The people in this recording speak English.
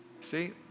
See